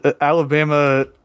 Alabama